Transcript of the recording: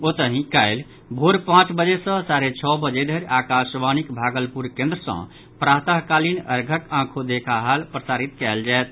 ओतहि काल्हि भोर पांच बजे सँ साढ़े छओ बजे धरि आकाशवाणीक भागलपुर केन्द्र सँ प्रातः कालिन अध्यक आँखो देखा हाल प्रासारित कयल जायत